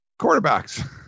Quarterbacks